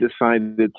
decided